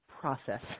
process